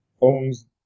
owns